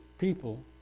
People